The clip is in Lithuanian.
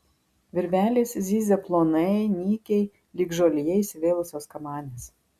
virvelės zyzia plonai nykiai lyg žolėje įsivėlusios kamanės